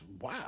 wow